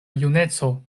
juneco